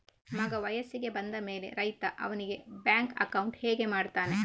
ಮಗ ವಯಸ್ಸಿಗೆ ಬಂದ ಮೇಲೆ ರೈತ ಅವನಿಗೆ ಬ್ಯಾಂಕ್ ಅಕೌಂಟ್ ಹೇಗೆ ಮಾಡ್ತಾನೆ?